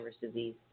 disease